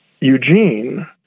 Eugene